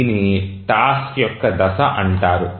దీనిని టాస్క్ యొక్క దశ అంటారు